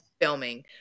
filming